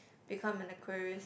become an Aquarist